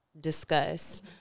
discuss